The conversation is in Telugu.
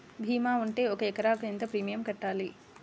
భీమా ఉంటే ఒక ఎకరాకు ఎంత ప్రీమియం కట్టాలి?